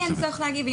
לי אין צורך להגיב.